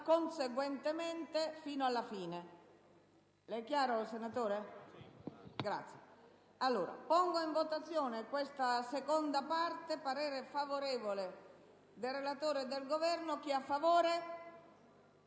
«Conseguentemente» fino alla fine